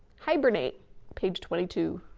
hibernate page twenty two.